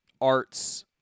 arts